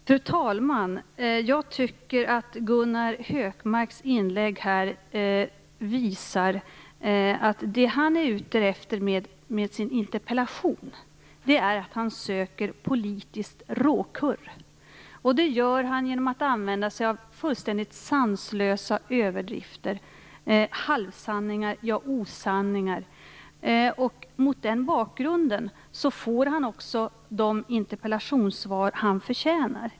Fru talman! Jag tycker att Gunnar Hökmarks inlägg visar att det han är ute efter med sin interpellation är att han söker politiskt råkurr. Det gör han genom att använda sig av fullständigt sanslösa överdrifter, halvsanningar och osanningar. Mot den bakgrunden får han också de interpellationssvar han förtjänar.